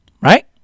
right